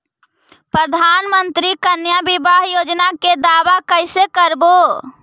प्रधानमंत्री कन्या बिबाह योजना के दाबा कैसे करबै?